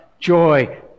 joy